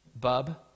bub